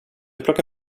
plocka